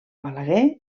balaguer